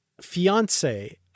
fiance